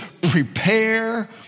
prepare